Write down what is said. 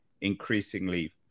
increasingly